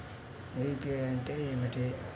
UPI అంటే ఏమిటి?